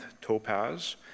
topaz